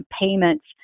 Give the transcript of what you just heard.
payments